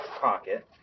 pocket